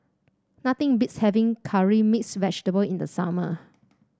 nothing beats having Curry Mixed Vegetable in the summer